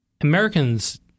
Americans